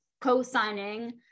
co-signing